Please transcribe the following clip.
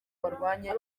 barwanye